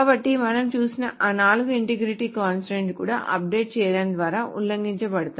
కాబట్టి మనము చూసిన ఆ నాలుగు ఇంటిగ్రిటీ కన్స్ట్రయిన్స్ కూడా అప్డేట్ చేయడం ద్వారా ఉల్లంఘించబడ్డాయి